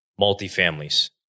multifamilies